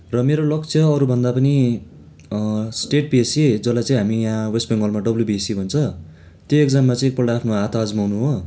र मेरो लक्ष्य अरूभन्दा पनि स्टेट पिएससी जसई चाहिँ हामी यहाँ वेस्ट बेङ्गालमा डब्लुबिसी भन्छ त्यो इक्जाममा एकपल्ट हात अज्माउनु हो